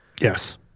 Yes